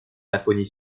laponie